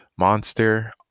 monster